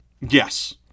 Yes